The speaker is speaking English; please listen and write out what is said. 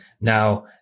Now